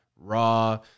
raw